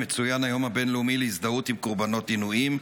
מצוין היום הבין-לאומי להזדהות עם קורבנות עינויים.